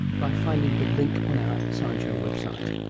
by finding the link on our science show website.